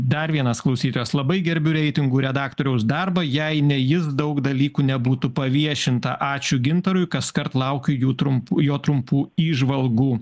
dar vienas klausytojas labai gerbiu reitingų redaktoriaus darbą jei ne jis daug dalykų nebūtų paviešinta ačiū gintarui kaskart laukiu jų trumpų jo trumpų įžvalgų